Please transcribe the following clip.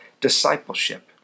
discipleship